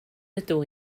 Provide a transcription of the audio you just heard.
ydw